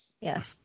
Yes